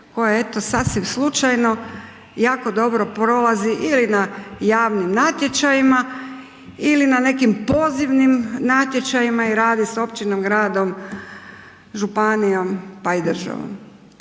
koje eto sasvim slučajno jako dobro prolazi ili na javnim natječajima ili na nekim pozivnim natječajima i rade s općinom, gradom, županijom pa i državom